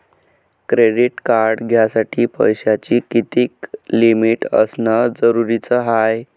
Credit card घ्यासाठी पैशाची कितीक लिमिट असनं जरुरीच हाय?